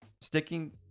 sticking